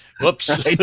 Whoops